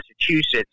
Massachusetts